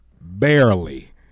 barely